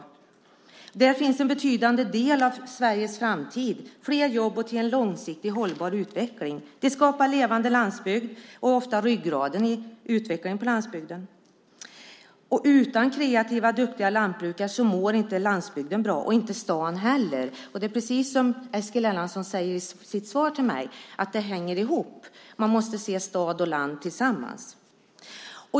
På landsbygden finns en betydande del av Sveriges framtid med fler jobb och en långsiktigt hållbar utveckling. Det skapar en levande landsbygd och utgör ofta ryggraden i utvecklingen på landsbygden. Utan kreativa och duktiga lantbrukare mår landsbygden inte bra, inte heller staden. Vad Eskil Erlandsson säger i sitt svar till mig är just att stad och land hänger ihop; man måste se stad och land tillsammans.